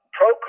pro